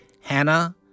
Hannah